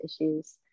issues